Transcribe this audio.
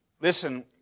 Listen